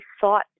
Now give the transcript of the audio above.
thought